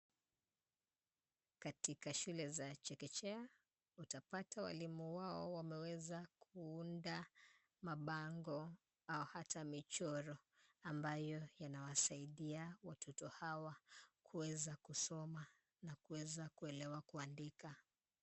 Katika shule za chekechea, utapata walimu wao wameweza kuunda mabango, au hata michoro ambayo, yanawasaidia watoto hawa kuweza kusoma, na kuweza kuelewa kuandika.